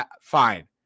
Fine